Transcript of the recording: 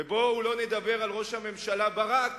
בואו לא נדבר על ראש הממשלה ברק.